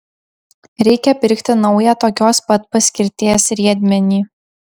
reikia pirkti naują tokios pat paskirties riedmenį